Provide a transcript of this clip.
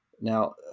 Now